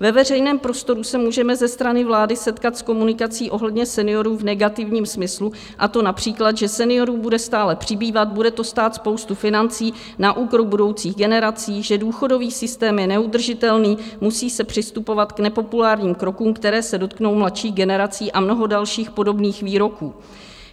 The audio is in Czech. Ve veřejném prostoru se můžeme ze strany vlády setkat s komunikací ohledně seniorů v negativním smyslu, a to například, že seniorů bude stále přibývat, bude to stát spoustu financí na úkor budoucích generací, že důchodový systém je neudržitelný, musí se přistupovat k nepopulárním krokům, které se dotknou mladších generací, a mnoho dalších podobných výroků,